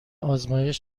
آزمایش